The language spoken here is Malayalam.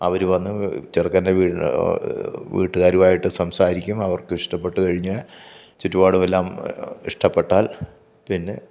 അവർ വന്ന് ചെറുക്കൻ്റെ വീട് വീട്ടുകാരുമായിട്ട് സംസാരിക്കും അവർക്ക് ഇഷ്ടപ്പെട്ടു കഴിഞ്ഞാൽ ചുറ്റുപാടും എല്ലാം ഇഷ്ടപെട്ടാൽ പിന്നെ